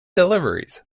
deliveries